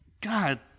God